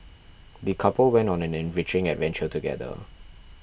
the couple went on an enriching adventure together